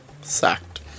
Sacked